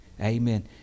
amen